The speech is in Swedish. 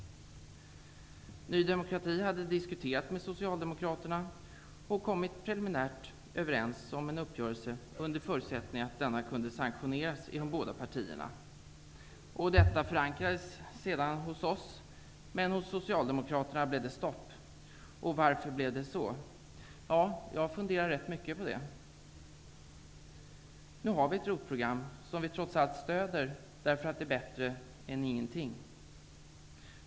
Ny demokrati hade diskuterat med Socialdemokraterna och preliminärt kommit överens om en uppgörelse under förutsättning att denna kunde sanktioneras i de båda partierna. Detta förankrades sedan hos oss, men hos Socialdemokraterna blev det stopp. Varför blev det så? Jag har funderat rätt mycket på det. Nu har vi ett ROT-program som vi trots allt stöder därför att det är bättre än ingenting.